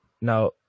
now